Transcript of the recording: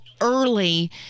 early